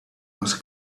was